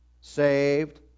Saved